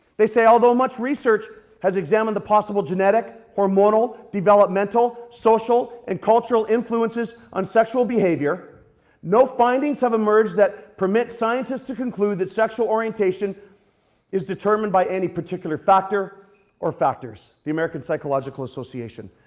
they say, although much research has examined the possible genetic, hormonal, developmental, social, and cultural influences on sexual behavior no findings have emerged that permit scientists to conclude that sexual orientation is determined by any particular factor or factors. the american psychological association.